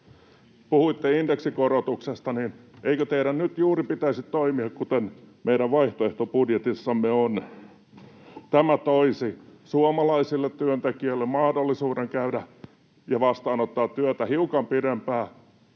puhuitte indeksikorotuksesta, niin eikö teidän nyt juuri pitäisi toimia kuten meidän vaihtoehtobudjetissamme on? Tämä toisi suomalaisille työntekijöille mahdollisuuden vastaanottaa työtä hiukan pidemmältä